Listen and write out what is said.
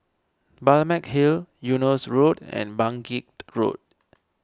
Balmeg Hill Eunos Road and Bangkit Road